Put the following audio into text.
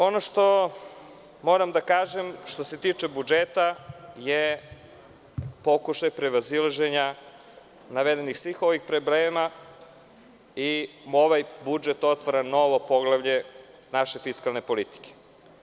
Ono što moram da kažem, što se tiče budžeta, je pokušaj prevazilaženja navedenih svih ovih problema i ovaj budžet otvara novo poglavlje naše fiskalne politike.